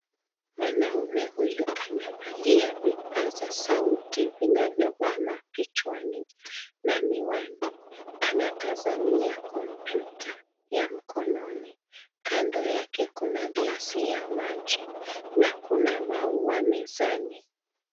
Mwanaume amevalia vipazasauti vinavyobana kichwani na miwani. Anatazamia kompyuta ya mkononi. Kando yake kuna glasi ya maji na kuna maua mezani.